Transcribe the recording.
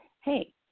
hey